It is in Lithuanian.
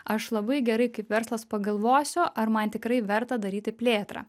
aš labai gerai kaip verslas pagalvosiu ar man tikrai verta daryti plėtrą